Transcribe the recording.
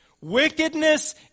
Wickedness